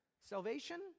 Salvation